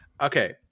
Okay